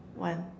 one